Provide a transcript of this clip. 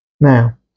Now